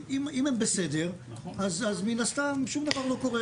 אם הם בסדר אז מן הסתם שום דבר לא קורה,